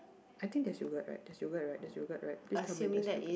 I think there's yogurt right there's yogurt right there's yogurt right please tell me there's yogurt